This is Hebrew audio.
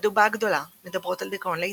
הדובה הגדולה – מדברות על דיכאון לידה,